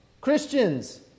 Christians